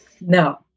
No